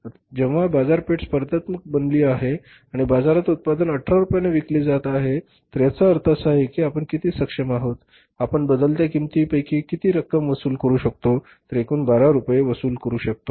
आता जेव्हा बाजारपेठ स्पर्धात्मक बनली आहे आणि बाजारात उत्पादन १८ रुपयांना विकले जात आहे तर याचा अर्थ असा आहे की आपण किती सक्षम आहोत आपण बदलत्या किंमती पैकी किती रक्कम वसूल करू शकतो तर एकूण १२ रुपये आपण वसूल करू शकतो